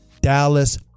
Dallas